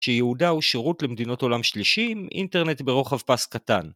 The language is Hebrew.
‫שיעודה הוא שירות למדינות עולם שלישי, ‫אינטרנט ברוחב פס קטן.